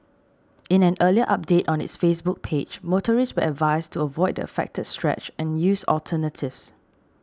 in an earlier update on its Facebook page motorists advised to avoid the affected stretch and use alternatives